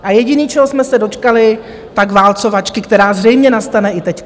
A jediné, čeho jsme se dočkali, tak válcovačky, která zřejmě nastane i teď.